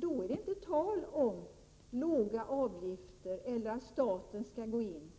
Då är det inte tal om några avgifter eller att staten skall gå in.